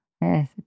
Yes